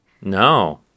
No